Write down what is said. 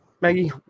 Maggie